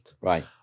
Right